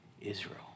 Israel